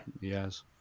yes